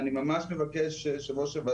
אני ממש מבקש להרחיב.